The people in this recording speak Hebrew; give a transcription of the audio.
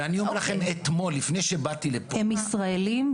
הם ישראלים?